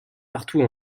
partout